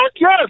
yes